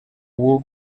w’u